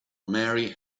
mary